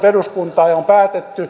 eduskuntaan ja on päätetty